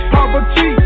Poverty